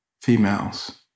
females